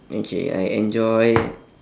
okay I enjoy